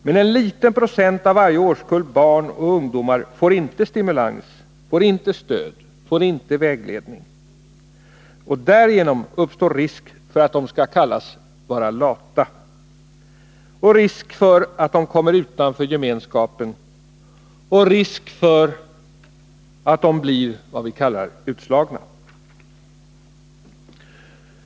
Men en liten procent av varje årskull barn och ungdomar får inte stimulans, får inte stöd, får inte vägledning. Därigenom uppstår risk för att de skall kallas lata, risk för att de kommer utanför gemenskapen och risk för att de blir vad vi kallar utslagna.